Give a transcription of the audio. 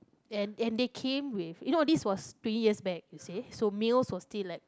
and and they came with you know this was twenty years back you say so mails was still like